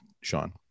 sean